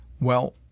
Well